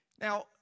Now